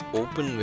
open